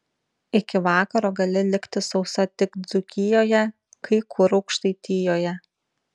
iki vakaro gali likti sausa tik dzūkijoje kai kur aukštaitijoje